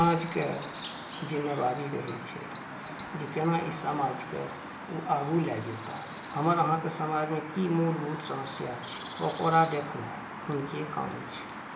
समाजके जिम्मेवारी रहे छै केना समाजक आगू लय जेताह हमर अहाँके समाजमे की मूलभूत समस्या छै ओकरा देखनाइ हुनके काम छै